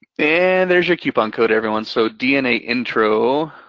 and there's your coupon code everyone, so dnaintro.